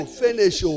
finish